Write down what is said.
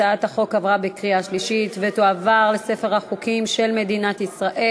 הצעת החוק עברה בקריאה שלישית ותיכנס לספר החוקים של מדינת ישראל.